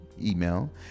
email